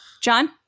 John